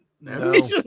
No